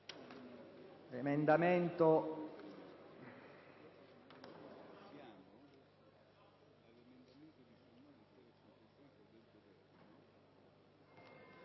emendamento